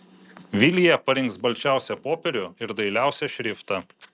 vilija parinks balčiausią popierių ir dailiausią šriftą